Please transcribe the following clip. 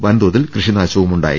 വൻതോ തിൽ കൃഷിനാശമുണ്ടായി